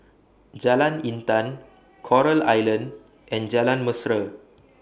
Jalan Intan Coral Island and Jalan Mesra